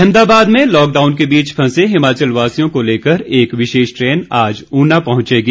अहमदाबाद में लॉकडाउन के बीच फंसे हिमाचलवासियों को लेकर एक विशेष ट्रेन आज ऊना पहुंचेगी